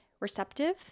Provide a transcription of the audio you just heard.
receptive